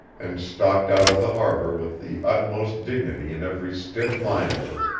and stalked out of the harbor with the utmost dignity in every stiff line of her,